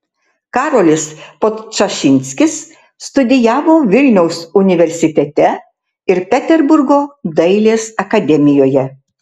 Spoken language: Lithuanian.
karolis podčašinskis studijavo vilniaus universitete ir peterburgo dailės akademijoje